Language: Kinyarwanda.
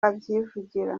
abyivugira